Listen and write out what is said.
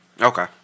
Okay